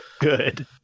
good